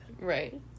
Right